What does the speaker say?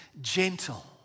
Gentle